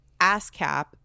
ASCAP